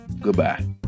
goodbye